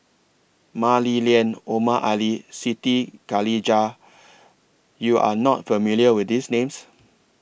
Mah Li Lian Omar Ali Siti Khalijah YOU Are not familiar with These Names